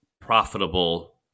profitable